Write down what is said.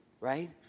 Right